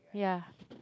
yeah